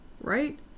right